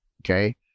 okay